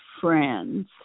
friends